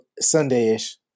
Sunday-ish